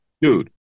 Dude